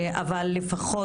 אבל לפחות,